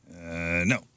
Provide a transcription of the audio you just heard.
No